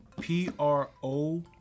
P-R-O